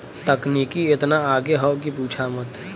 तकनीकी एतना आगे हौ कि पूछा मत